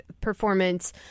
performance